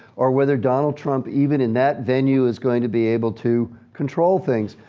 or whether donald trump, even in that venue, is going to be able to control things.